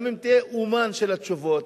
גם אם תהיה אמן של התשובות,